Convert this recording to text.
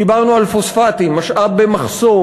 דיברנו על פוספטים, משאב במחסור.